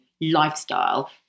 lifestyle